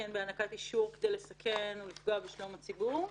אין בהענקת האישור כדי לסכן ולפגוע בשלום הציבור"?